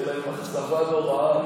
תהיה להם אכזבה נוראה.